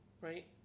right